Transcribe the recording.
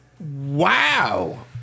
Wow